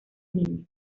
niño